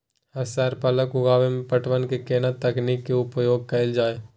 Sir पालक उगाव में पटवन के केना तकनीक के उपयोग कैल जाए?